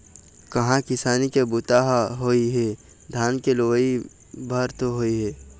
कहाँ किसानी के बूता ह होए हे, धान के लुवई भर तो होय हे